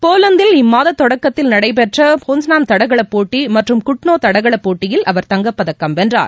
போலந்தில் இம்மாத தொடக்கத்தில் நடைபெற்ற போஸ்னான் தடகளப் போட்டி மற்றும் குட்னோ தடகளப் போட்டியில் அவர் தங்கப்பதக்கம் வென்றார்